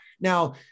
now